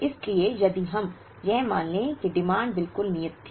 इसलिए यदि हम यह मान लें कि डिमांड बिल्कुल नियत थी